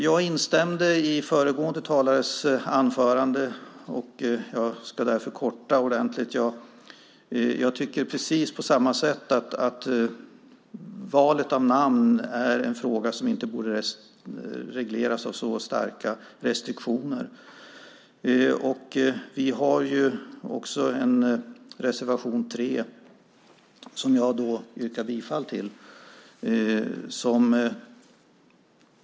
Jag instämde i föregående talares anförande och ska därför korta ned mitt anförande ordentligt. Jag tycker precis likadant, nämligen att valet av namn är en fråga som inte borde regleras av så starka restriktioner som nu är fallet. Vi har en reservation, nr 3, som jag yrkar bifall till.